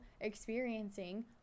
experiencing